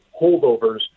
holdovers